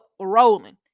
rolling